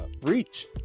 breach